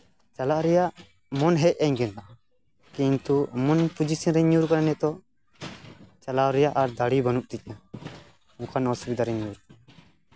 ᱪᱟᱞᱟᱜ ᱨᱮᱭᱟᱜ ᱢᱚᱱ ᱦᱮᱡ ᱤᱧ ᱠᱟᱱᱟ ᱠᱤᱱᱛᱩ ᱮᱢᱚᱱ ᱯᱚᱡᱤᱥᱮᱱ ᱨᱤᱧ ᱧᱩᱨ ᱟᱠᱟᱱᱟ ᱱᱤᱛᱚᱜ ᱪᱟᱞᱟᱣ ᱨᱮᱭᱟᱜ ᱟᱨ ᱫᱟᱲᱮ ᱵᱟᱹᱱᱩᱜ ᱛᱤᱧᱟ ᱱᱚᱝᱠᱟᱱ ᱚᱥᱩᱵᱤᱫᱷᱟ ᱨᱤᱧ ᱧᱩᱨ ᱟᱠᱟᱱᱟ